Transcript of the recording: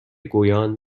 گویان